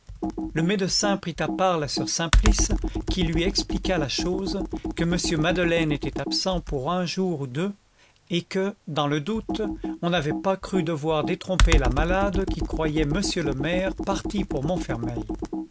le médecin prit à part la soeur simplice qui lui expliqua la chose que m madeleine était absent pour un jour ou deux et que dans le doute on n'avait pas cru devoir détromper la malade qui croyait monsieur le maire parti pour montfermeil